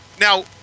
Now